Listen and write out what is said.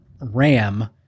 Ram